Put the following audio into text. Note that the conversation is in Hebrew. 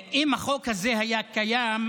אם החוק הזה היה קיים,